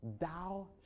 Thou